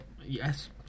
Yes